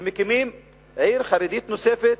ומקימים עיר חרדית נוספת,